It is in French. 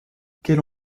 quelle